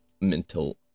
mental